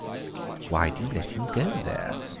why do you let him go there?